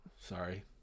Sorry